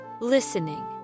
listening